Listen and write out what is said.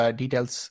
details